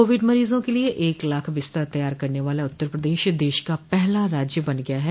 Covid मरीजों के लिए एक लाख बिस्तर तैयार करने वाला उत्तर प्रदेश देश का पहला राज्य बन गया है